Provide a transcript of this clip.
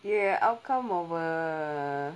ya outcome of a